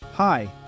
Hi